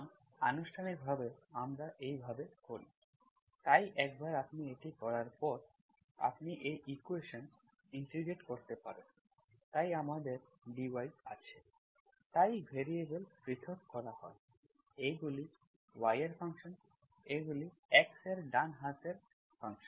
সুতরাং আনুষ্ঠানিকভাবে আমরা এই ভাবে করি তাই একবার আপনি এটি করার পর আপনি এই ইকুয়েশন্ ইন্টিগ্রেট করতে পারেন তাই আমাদের dy আছে তাই ভ্যারিয়েবল পৃথক করা হয় এগুলি y এর ফাংশন এগুলি X এর ডান হাতের ফাংশন